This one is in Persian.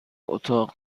اتاق